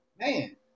man